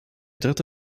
dritte